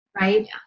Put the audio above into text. right